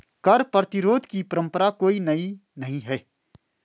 कर प्रतिरोध की परंपरा कोई नई नहीं है